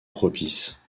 propice